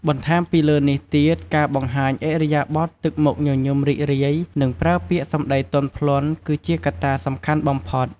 បន្ថែមពីលើនេះទៀតការបង្ហាញឥរិយាបថទឹកមុខញញឹមរីករាយ និងប្រើពាក្យសម្តីទន់ភ្លន់គឺជាកត្តាសំខាន់បំផុត។